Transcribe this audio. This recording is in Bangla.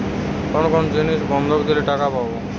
কোন কোন জিনিস বন্ধক দিলে টাকা পাব?